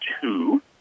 two